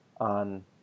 on